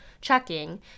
checking